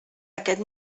aquest